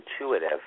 intuitive